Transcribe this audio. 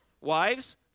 Wives